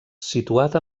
situat